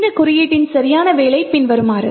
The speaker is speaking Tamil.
இந்த குறியீட்டின் சரியான வேலை பின்வருமாறு